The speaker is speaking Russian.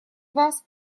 вас